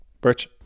Birch